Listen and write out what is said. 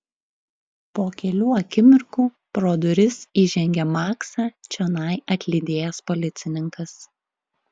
po kelių akimirkų pro duris įžengė maksą čionai atlydėjęs policininkas